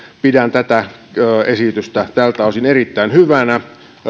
pidän esitystä tältä osin erittäin hyvänä